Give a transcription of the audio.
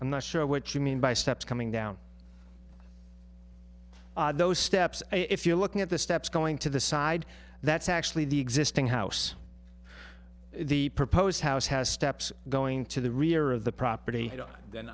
i'm not sure what you mean by steps coming down those steps and if you're looking at the steps going to the side that's actually the existing house the proposed house has steps going to the rear of the property then